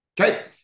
Okay